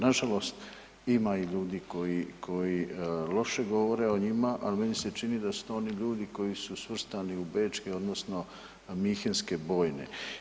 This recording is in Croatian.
Nažalost ima i ljudi koji, koji loše govore o njima ali meni se čini da su to oni ljudi koji su svrstani u bečke odnosno minhenske bojne.